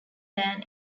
than